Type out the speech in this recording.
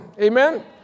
Amen